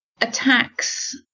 attacks